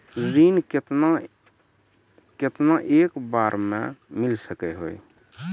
ऋण केतना एक बार मैं मिल सके हेय?